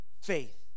faith